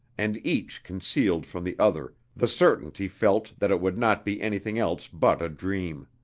and each concealed from the other the certainty felt that it would not be anything else but a dream.